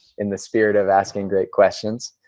in the spirit of asking great questions,